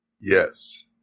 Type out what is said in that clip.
Yes